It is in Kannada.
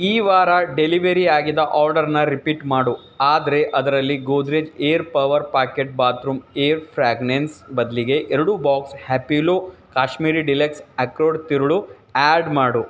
ಈ ವಾರ ಡೆಲಿವರಿ ಆಗಿದ್ದ ಆರ್ಡರ್ನ ರಿಪೀಟ್ ಮಾಡು ಆದರೆ ಅದರಲ್ಲಿ Godrej air power pocket bath room air fragrance ಬದಲಿಗೆ ಎರಡು ಬಾಕ್ಸ್ ಹ್ಯಾಪಿಲೋ ಕಾಶ್ಮೀರಿ ಡಿಲೆಕ್ಸ್ ಅಕ್ರೋಟ್ ತಿರುಳು ಆ್ಯಡ್ ಮಾಡು